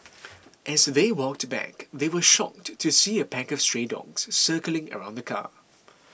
as they walked back they were shocked to see a pack of stray dogs circling around the car